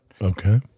Okay